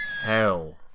hell